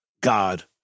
God